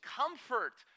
comfort